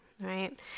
right